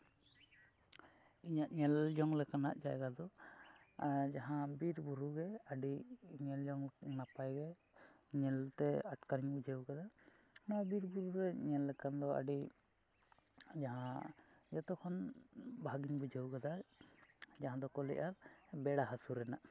ᱤᱧᱟᱹᱜ ᱧᱮᱞ ᱡᱚᱝ ᱞᱮᱠᱟᱱᱟᱜ ᱡᱟᱭᱜᱟ ᱫᱚ ᱡᱟᱦᱟᱸ ᱵᱤᱨ ᱵᱩᱨᱩ ᱜᱮ ᱟᱹᱰᱤ ᱧᱮᱞ ᱡᱚᱝ ᱱᱟᱯᱟᱭ ᱜᱮ ᱧᱮᱞᱛᱮ ᱟᱴᱠᱟᱨᱤᱧ ᱵᱩᱡᱷᱟᱹᱣ ᱠᱟᱫᱟ ᱱᱚᱣᱟ ᱵᱤᱨ ᱵᱩᱨᱩ ᱨᱮ ᱧᱮᱞ ᱞᱮᱠᱟᱱ ᱫᱚ ᱟᱹᱰᱤ ᱡᱟᱦᱟᱸ ᱡᱚᱛᱚ ᱠᱷᱚᱱ ᱵᱷᱟᱜᱤᱧ ᱵᱩᱡᱷᱟᱹᱣ ᱠᱟᱫᱟ ᱡᱟᱦᱟᱸ ᱫᱚᱠᱚ ᱞᱟᱹᱭᱮᱫᱼᱟ ᱵᱮᱲᱟ ᱦᱟᱹᱥᱩᱨ ᱨᱮᱱᱟᱜ